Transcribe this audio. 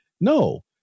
No